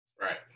right